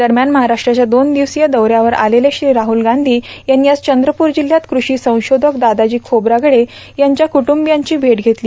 दरम्यान महाराष्ट्राच्या दोन दिवसीय दौऱ्यावर आलेले श्री राहुल गांधी यांनी आज चंद्रपूर जिल्हयात कृषी संशोधक दादाजी खोब्रागडे यांच्या कुटुंबियांची भेट घेतली